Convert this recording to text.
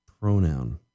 pronoun